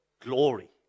Glory